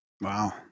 Wow